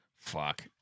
Fuck